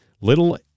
Little